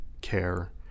care